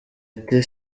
ati